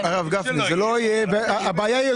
הרב גפני, זה לא יהיה, והבעיה היא יותר גדולה.